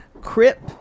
Crip